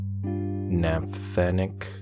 naphthenic